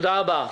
תודה רבה.